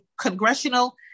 congressional